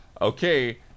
okay